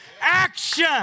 action